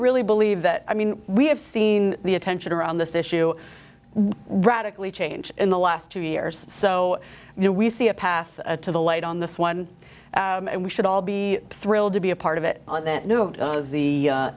really believe that i mean we have seen the attention around this issue radically change in the last two years so you know we see a path to the light on this one and we should all be thrilled to be a part of it on that note of the